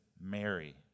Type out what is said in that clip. Mary